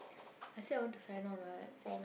I say I want to sign on [what]